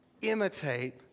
imitate